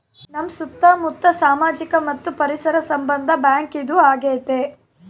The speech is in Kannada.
ನಮ್ ಸುತ್ತ ಮುತ್ತ ಸಾಮಾಜಿಕ ಮತ್ತು ಪರಿಸರ ಸಂಬಂಧ ಬ್ಯಾಂಕ್ ಇದು ಆಗೈತೆ